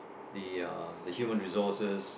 the uh the human resources